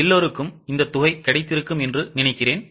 எல்லோருக்கும் இந்த தொகை கிடைத்திருக்கும் என்று நினைக்கிறேன்